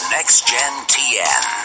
NextGenTN